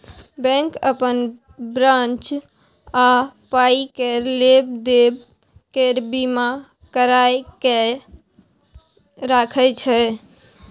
bank अपन branch आ पाइ केर लेब देब केर बीमा कराए कय राखय छै